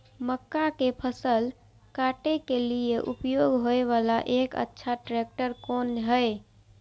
मक्का के फसल काटय के लिए उपयोग होय वाला एक अच्छा ट्रैक्टर कोन हय?